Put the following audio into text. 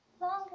Longer